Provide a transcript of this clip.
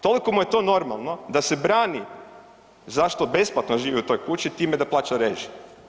Toliko mu je to normalno da se brani zašto besplatno živi u toj kući time da plaća režije.